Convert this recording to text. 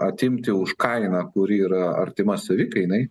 atimti už kainą kuri yra artima savikainai